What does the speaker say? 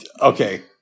Okay